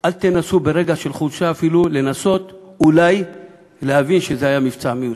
אל תנסו ברגע של חולשה אפילו לנסות אולי להבין שזה היה מבצע מיותר.